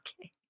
okay